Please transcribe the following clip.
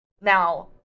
now